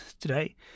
today